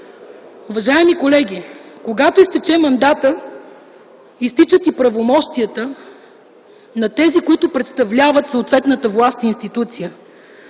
Уважаеми колеги, когато изтече мандатът, изтичат и правомощията на тези, които представляват съответната власт и институция.